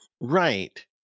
Right